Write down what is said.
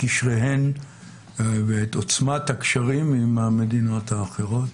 קשריהן ואת עוצמת הקשרים עם המדינות האחרות?